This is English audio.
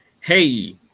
Hey